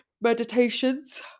meditations